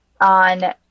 on